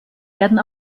werden